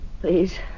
Please